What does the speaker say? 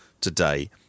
today